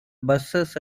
buses